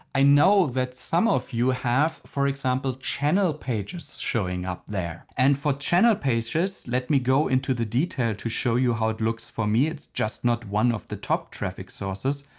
i know that some of you have for example channel pages showing up there. and for channel pages let me go into the detail to show you how it looks for me. it's just not one of the top traffic sources.